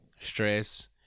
stress